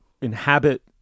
inhabit